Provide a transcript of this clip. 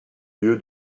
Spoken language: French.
lieu